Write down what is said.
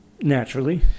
Naturally